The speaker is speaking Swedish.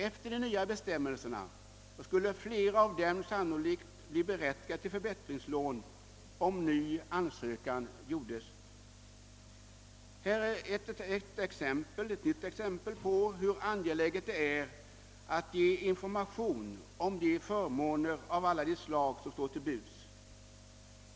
Efter de nya bestämmelsernas genomförande skulle flera av pensionärerna sannolikt bli berättigade till förbättringslån, om ny ansökan gjordes. Detta är ett nytt exempel på hur angeläget det är att ge information om de förmåner av olika slag som står till buds.